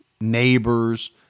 neighbors